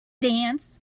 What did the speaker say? dance